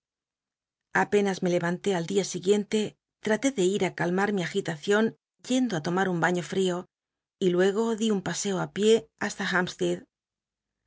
apenas me lcvant í al día siguiente tmté de ir í calmar mi agitacion yendo á tomar un baño ftio y luego dí un paseo t pié hasta